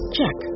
Check